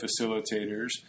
facilitators